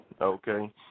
Okay